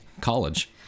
college